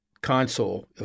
console